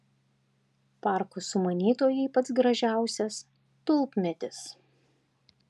parko sumanytojai pats gražiausias tulpmedis